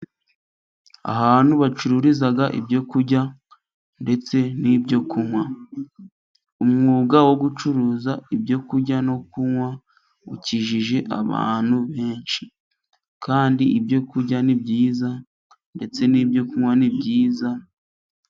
Ahantu bacururiza ibyo kurya ndetse n'ibyo kunywa, umwuga wo gucuruza ibyo kurya nibyo kunywa ukijije abantu benshi, kandi ibyo kurya ni byiza ndetse n'byo kunywa ni byiza.